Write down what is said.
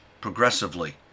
progressively